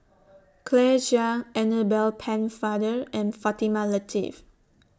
Claire Chiang Annabel Pennefather and Fatimah Lateef